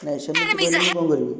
ନାଇଁ ସେମିତି ହେଲେ କ'ଣ କରିବି